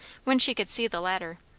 when she could see the latter,